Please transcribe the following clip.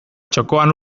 txokoan